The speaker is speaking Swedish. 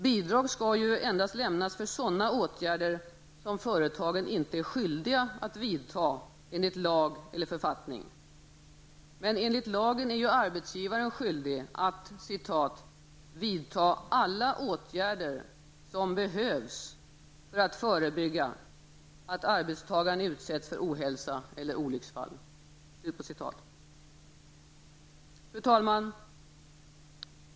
Bidrag skall ju lämnas endast för sådana åtgärder som företagen inte är skyldiga att vidta enligt lag eller författning. Enligt lagen är ju arbetsgivaren skyldig att ''vidta alla åtgärder som behövs för att förebygga att arbetstagaren utsätts för ohälsa eller olycksfall.'' Fru talman!